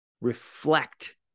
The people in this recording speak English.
reflect